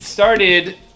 started